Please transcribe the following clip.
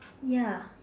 ya